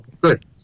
good